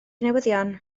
newyddion